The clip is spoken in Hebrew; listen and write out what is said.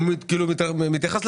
לא בריאות כמו שצריך,